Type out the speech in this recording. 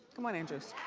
come on, andrews.